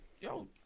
yo